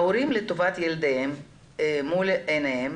ההורים לטובת ילדיהם מול עיניהם,